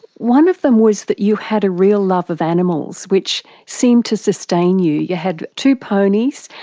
one of them was that you had a real love of animals, which seemed to sustain you. you had two ponies,